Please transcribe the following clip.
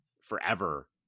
forever